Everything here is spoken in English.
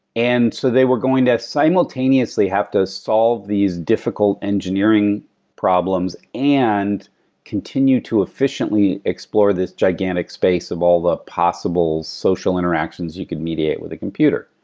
and so they were going to simultaneously have to solve these difficult engineering problems and continue to efficiently explore this gigantic space of all the possible social interactions you can mediate with a computer.